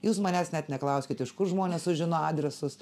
jūs manęs net neklauskit iš kur žmonės sužino adresus